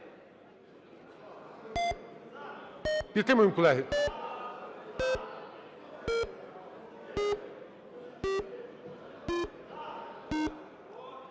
Дякую.